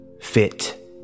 fit